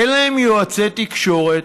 אין להם יועצי תקשורת,